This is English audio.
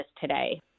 today